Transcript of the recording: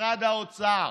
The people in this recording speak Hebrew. במשרד האוצר.